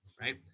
right